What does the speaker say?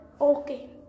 okay